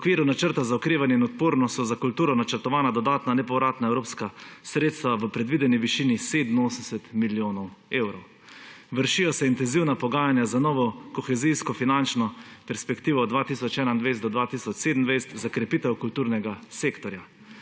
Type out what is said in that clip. V okviru načrta za okrevanje in odpornost so za kulturo načrtovana dodatna nepovratna evropska sredstva v predvideni višini 87 milijonov evrov. Vršijo se intenzivna pogajanja za novo kohezijsko finančno perspektivo 2021–2027 za krepitev kulturnega sektorja.